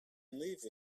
leave